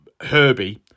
Herbie